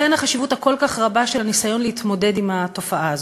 מכאן החשיבות הכל-כך רבה של הניסיון להתמודד עם התופעה הזאת.